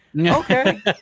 Okay